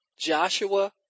Joshua